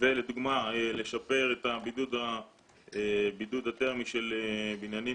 ולדוגמה לשפר את הבידוד התרמי של בניינים